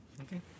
Okay